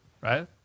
right